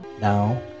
Now